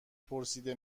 پرسیده